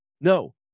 No